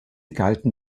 galten